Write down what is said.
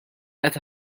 qed